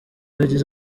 yagize